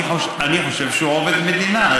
אני חושב שהוא עובד מדינה.